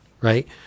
right